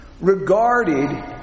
regarded